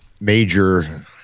major